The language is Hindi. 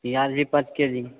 प्याज़ भी पर के जी